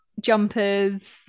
jumpers